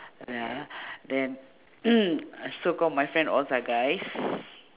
ya then so called my friends alls are guys